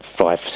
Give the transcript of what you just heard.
five